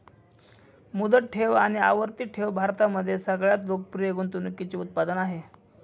मुदत ठेव आणि आवर्ती ठेव भारतामध्ये सगळ्यात लोकप्रिय गुंतवणूकीचे उत्पादन आहे